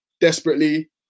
desperately